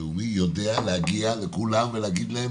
לאומי יודע להגיע לכולם, ולהגיד להם